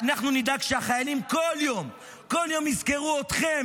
אנחנו נדאג שהחיילים בכל יום, בכל יום, יזכרו אתכם